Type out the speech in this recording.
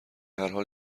هرحال